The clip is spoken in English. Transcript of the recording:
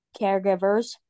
caregivers